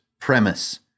premise